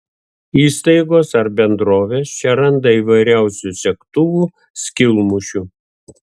įstaigos ar bendrovės čia randa įvairiausių segtuvų skylmušių